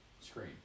Screen